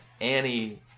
Annie